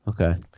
okay